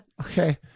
Okay